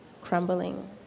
crumbling